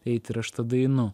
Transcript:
eit ir aš tada einu